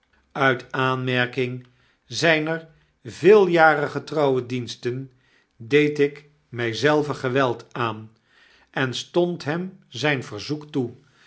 uit aanmerking zyner veeljarige trouwe diensten deed ik my zelve geweld aan en stond hem zyn verzoek toe